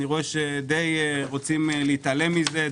די רוצים להתעלם מזה,